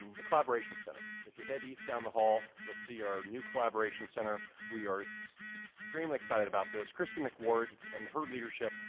the collaboration center. if you head east down the hall, you'll see our new collaboration center. we are extremely excited about this. christy mcward and her leadership,